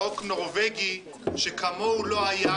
ואתם מעבירים כאן חוק נורווגי שכמוהו לא היה.